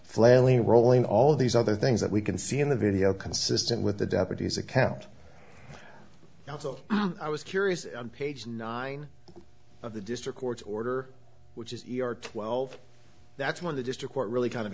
flailing rolling all these other things that we can see in the video consistent with the deputies account also i was curious page nine of the district court's order which is your twelve that's when the district court really kind of